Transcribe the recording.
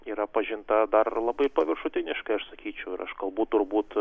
yra pažinta dar labai paviršutiniškai aš sakyčiau ir aš kalbu turbūt